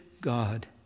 God